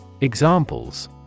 Examples